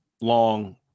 Long